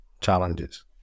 challenges